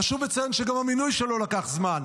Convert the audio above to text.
חשוב לציין שגם המינוי שלו לקח זמן.